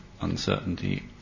uncertainty